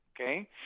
okay